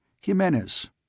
Jimenez